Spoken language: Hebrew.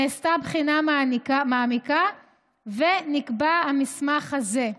נעשתה בחינה מעמיקה ונקבע המסמך הזה.